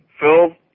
Phil